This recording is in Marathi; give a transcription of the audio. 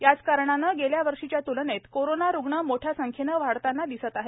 याच कारणाने गेल्या वर्षीच्या तुलनेत कोरोना रुग्ण मोठ्या संख्येने वाढताना दिसत आहेत